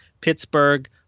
Pittsburgh